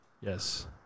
Yes